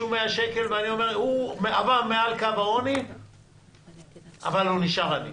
ואני אומר: הוא עבר מעל קו העוני אבל הוא נשאר עני.